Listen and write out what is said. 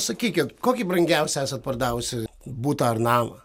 sakykit kokį brangiausią esat pardavusi butą ar namą